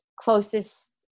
closest